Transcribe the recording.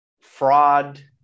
fraud